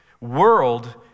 world